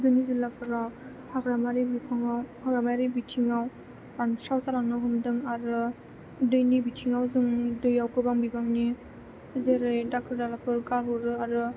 जोंनि जिल्लाफोराव हाग्रामानि बिफांआव हाग्रामायारि बिथिंआव रानस्राव जालांनो हमदों आरो दैनि बिथिंआव जों दैआव गोबां बिबांनि जेरै दाखोर दालाफोर गारहरो आरो